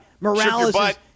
Morales